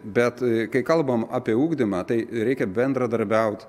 bet kai kalbam apie ugdymą tai reikia bendradarbiaut